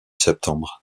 septembre